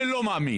אני לא מאמין.